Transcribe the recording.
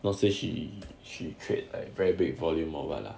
not say she she trade like a very big volume or what lah